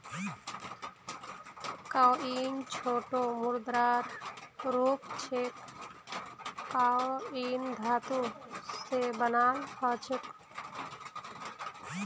coin छोटो मुद्रार रूप छेक कॉइन धातु स बनाल ह छेक